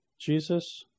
Jesus